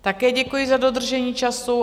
Také děkuji za dodržení času.